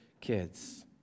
kids